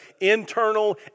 internal